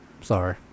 Sorry